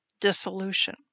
dissolution